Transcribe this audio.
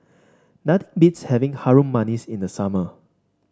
not beats having Harum Manis in the summer